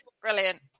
brilliant